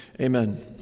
Amen